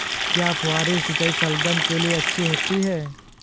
क्या फुहारी सिंचाई शलगम के लिए अच्छी होती है?